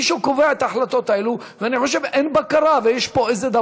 מישהו קובע את ההחלטות האלה, ואני חושב שאין בקרה.